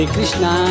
Krishna